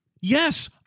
Yes